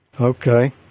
Okay